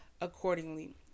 accordingly